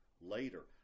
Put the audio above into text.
Later